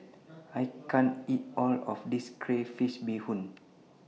I can't eat All of This Crayfish Beehoon